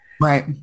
Right